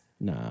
Nah